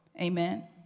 Amen